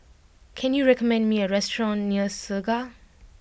can you recommend me a restaurant near Segar